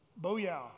Booyah